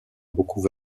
beaucoup